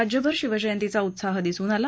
राज्यभर शिवजयंतीचा उत्साह दिसून आला